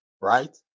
right